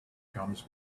comes